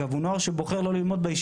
דרך אגב.